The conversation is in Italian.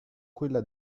quella